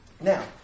Now